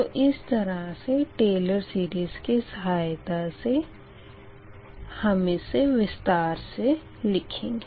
तो इस तरह से टेलर'स सीरीस की सहायता से हम इसे विस्तार से लिखेंगे